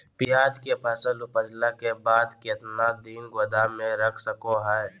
प्याज के फसल उपजला के बाद कितना दिन गोदाम में रख सको हय?